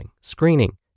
screening